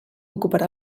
ocuparà